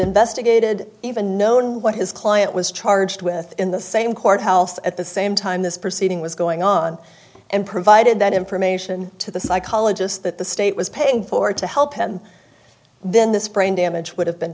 investigated even known what his client was charged with in the same courthouse at the same time this proceeding was going on and provided that information to the psychologist that the state was paying for to help and then this brain damage would have been